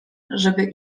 żeby